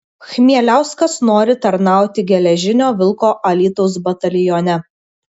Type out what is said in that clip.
chmieliauskas nori tarnauti geležinio vilko alytaus batalione